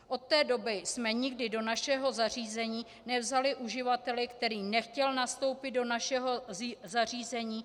Od té doby jsme nikdy do našeho zařízení nevzali uživatele, který nechtěl nastoupit do našeho zařízení.